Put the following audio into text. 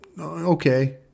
okay